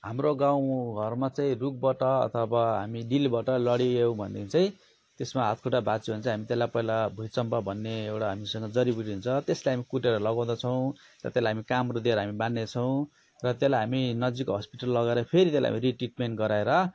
हाम्रो गाउँघरमा चाहिँ रुखबाट अथवा हामी डिलबाट लड्यौँ भने चाहिँ त्यसमा हात खुट्टा भाँच्यो भने चाहिँ हामी त्यसलाई पहिला भुइँ चम्पा भन्ने एउटा हामीसँग जडिबुटी हुन्छ त्यसलाई हामी कुटेर लगाउँदछौँ र त्यसलाई हामी काम्रो दिएर हामी बाँध्ने छौँ र त्यसलाई हामी नजिकको हस्पिटल लगेर फेरि त्यसलाई फेरि रि ट्रिटमेन्ट गराएर